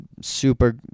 super